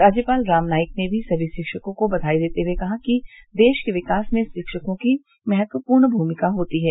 राज्यपाल राम नाईक ने सभी शिक्षकों को बघाई देते हुए कहा कि देश के विकास में शिक्षकों की महत्वपूर्ण भूमिका होती है